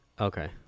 Okay